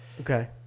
Okay